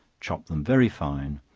chop them very fine,